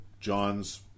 John's